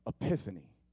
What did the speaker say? epiphany